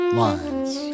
lines